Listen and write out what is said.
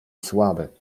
słaby